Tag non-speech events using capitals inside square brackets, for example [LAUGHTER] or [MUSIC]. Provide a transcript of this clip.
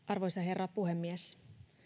[UNINTELLIGIBLE] arvoisa herra puhemies